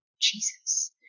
Jesus